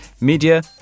media